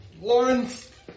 Lawrence